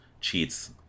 cheats